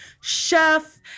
chef